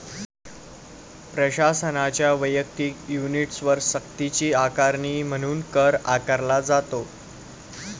प्रशासनाच्या वैयक्तिक युनिट्सवर सक्तीची आकारणी म्हणून कर आकारला जातो